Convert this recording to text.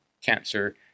cancer